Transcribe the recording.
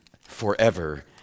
forever